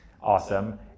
awesome